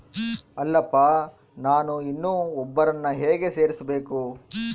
ಅಲ್ಲಪ್ಪ ನಾನು ಇನ್ನೂ ಒಬ್ಬರನ್ನ ಹೇಗೆ ಸೇರಿಸಬೇಕು?